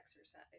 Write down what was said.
exercise